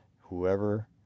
whoever